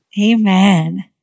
Amen